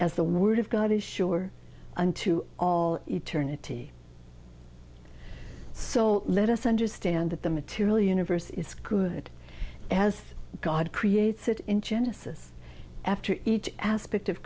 the word of god is sure unto all eternity so let us understand that the material universe is good as god creates it in genesis after each aspect of